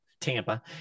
Tampa